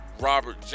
Robert